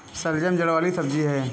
शलजम जड़ वाली सब्जी है